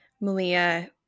Malia